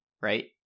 right